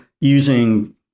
using